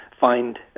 find